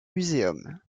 museum